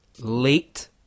Late